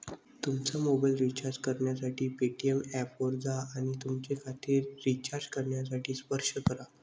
तुमचा mobile recharge करण्यासाठी Paytm ऐपवर जा आणि तुमचे खाते रिचार्ज करण्यासाठी स्पर्श करा